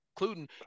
including